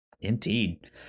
Indeed